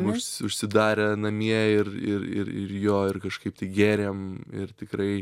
už užsidarę namie ir ir ir ir jo ir kažkaip tai gėrėm ir tikrai